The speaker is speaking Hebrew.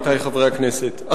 עמיתי חברי הכנסת,